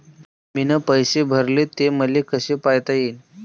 मीन पैसे भरले, ते मले कसे पायता येईन?